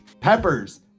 Peppers